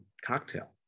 cocktail